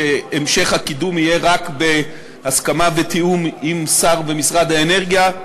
שהמשך הקידום יהיה רק בהסכמה ותיאום עם השר במשרד האנרגיה.